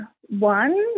one